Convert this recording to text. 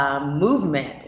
movement